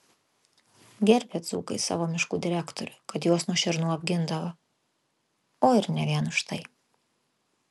gerbė dzūkai savo miškų direktorių kad juos nuo šernų apgindavo o ir ne vien už tai